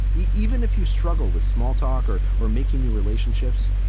even if you struggle with small talk or we're making new relationships,